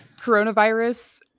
coronavirus